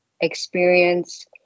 experience